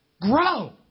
grow